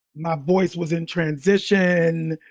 my voice was in transition.